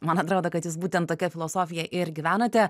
man atrodo kad jūs būtent tokia filosofija ir gyvenote